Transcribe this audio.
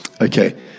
Okay